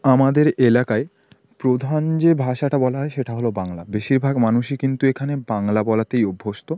আমাদের এলাকায় প্রধান যে ভাষাটা বলা হয় সেটা হল বাংলা বেশিরভাগ মানুষই কিন্তু এখানে বাংলা বলাতেই অভ্যস্ত